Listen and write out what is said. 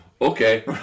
okay